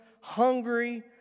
hungry